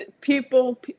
people